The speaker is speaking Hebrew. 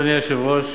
אדוני היושב-ראש,